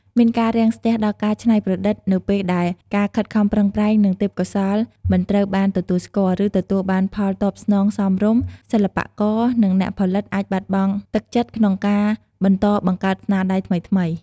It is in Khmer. មានការរាំងស្ទះដល់ការច្នៃប្រឌិតនៅពេលដែលការខិតខំប្រឹងប្រែង និងទេពកោសល្យមិនត្រូវបានទទួលស្គាល់ ឬទទួលបានផលតបស្នងសមរម្យ សិល្បករ និងអ្នកផលិតអាចបាត់បង់ទឹកចិត្តក្នុងការបន្តបង្កើតស្នាដៃថ្មីៗ។